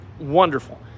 Wonderful